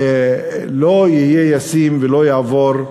לא יהיה ישים ולא יעבור.